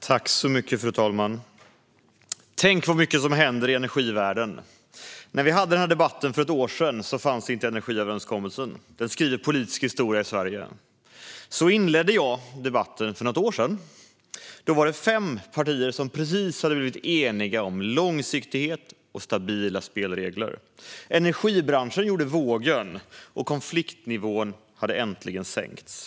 Fru talman! "Tänk vad mycket som händer i energivärlden! När vi hade den här debatten för ett år sedan fanns det inte någon energiöverenskommelse. Den skriver politisk historia i Sverige." Så inledde jag debatten för något år sedan. Då var det fem partier som precis hade blivit eniga om långsiktighet och stabila spelregler. Energibranschen gjorde vågen. Konfliktnivån hade äntligen sänkts.